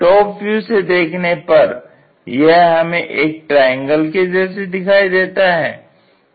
top view से देखने पर यह हमें एक ट्रायंगल के जैसे दिखाई देता है